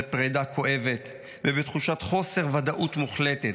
בפרדה כואבת ובתחושת חוסר ודאות מוחלטת,